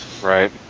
Right